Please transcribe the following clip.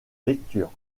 lecture